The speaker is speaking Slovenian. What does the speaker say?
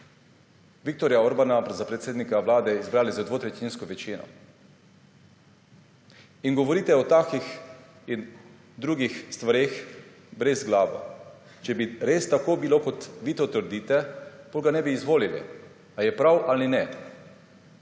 Viktorja Orbana za predsednika vlade izbrali z dvotretjinsko večino. In govorite o takih in drugih stvareh brezglavo. Če bi res tako bilo, kot vi to trdite, potem ga ne bi izvolili. Ali je prav ali ne.